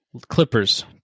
Clippers